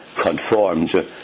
conformed